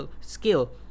skill